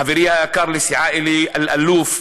חברי היקר לסיעה אלי אלאלוף,